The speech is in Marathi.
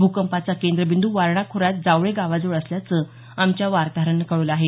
भूकंपाचा केंद्रबिंद् वारणा खोऱ्यात जावळे गावाजवळ असल्याचं आमच्या वार्ताहरानं कळवलं आहे